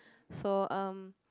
so um